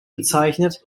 bezeichnet